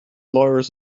lawyers